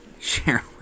share